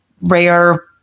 rare